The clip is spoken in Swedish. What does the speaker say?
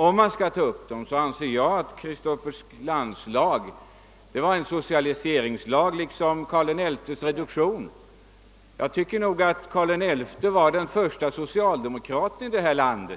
Om man skall ta upp frågorna anser jag emellertid att Kristofers landslag var en socialiseringslag liksom Karl XI:s reduktion innebar socialisering. Jag anser att Karl XI var den förste socialdemokraten i detta land,